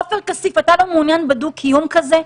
עופר כסיף, אתה לא מעוניין בדו-קיום כזה?